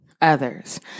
others